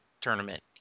tournament